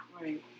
Right